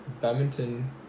badminton